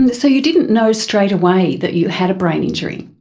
and so you didn't know straightaway that you had a brain injury?